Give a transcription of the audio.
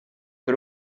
per